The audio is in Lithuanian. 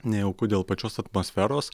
nejauku dėl pačios atmosferos